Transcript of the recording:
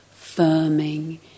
firming